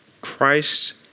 Christ